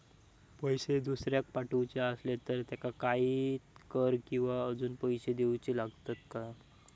पैशे दुसऱ्याक पाठवूचे आसले तर त्याका काही कर किवा अजून पैशे देऊचे लागतत काय?